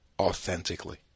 authentically